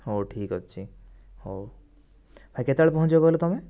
ହଉ ଠିକ ଅଛି ହଉ ଭାଇ କେତେବେଳେ ପହଞ୍ଚିବ କହିଲ ତୁମେ